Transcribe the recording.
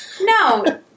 No